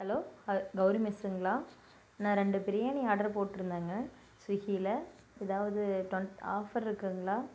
hello Gauri மெஸ்சுங்களா நான் ரெண்டு பிரியாணி ஆட்ரு போட்டுருந்தங்க ஸ்விக்கில் எதாவது டுவென் ஆஃபர் இருக்குதுங்களா